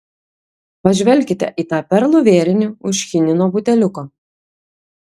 pažvelkite į tą perlų vėrinį už chinino buteliuko